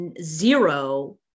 zero